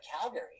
Calgary